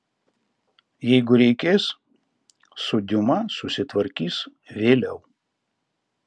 jeigu reikės su diuma susitvarkys vėliau